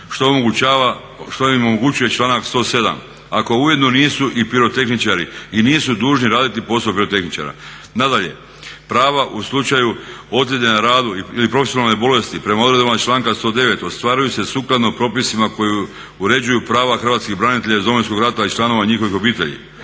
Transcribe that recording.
što im omogućuje članak 107. ako ujedno nisu i pirotehničari i nisu dužni raditi posao pirotehničara. Nadalje, prava u slučaju ozljede na radu ili profesionalne bolesti prema odredbama članka 109. ostvaruju se sukladno propisima koji uređuju prava hrvatskih branitelja iz Domovinskog rata i članova njihovih obitelji.